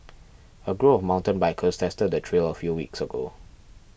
a group of mountain bikers tested the trail a few weeks ago